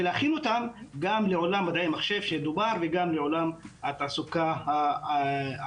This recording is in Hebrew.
להכין אותם גם לעולם מדעי המחשב שדובר וגם לעולם התעסוקה האקטיבית.